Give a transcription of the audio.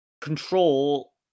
control